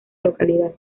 localidad